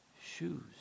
shoes